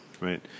Right